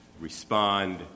respond